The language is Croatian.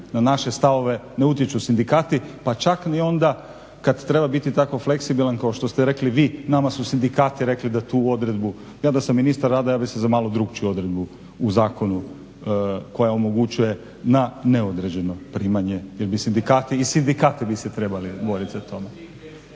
Na naše stavove ne utječu sindikati, pa čak ni onda kad treba biti tako fleksibilan kao što ste rekli vi, nama su sindikati rekli da tu odredbu. Ja da sam ministar rada ja bih se za malo drukčiju odredbu u zakonu koja omogućuje na neodređeno primanje jer bi se i sindikati trebali boriti za to.